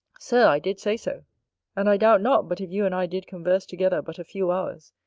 sir, i did say so and i doubt not but if you and i did converse together but a few hours,